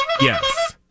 Yes